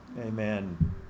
Amen